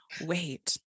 Wait